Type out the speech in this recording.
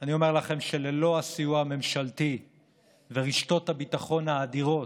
אני אומר לכם שללא הסיוע הממשלתי ורשתות הביטחון האדירות,